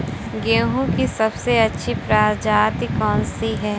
गेहूँ की सबसे अच्छी प्रजाति कौन सी है?